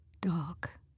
dark